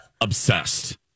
obsessed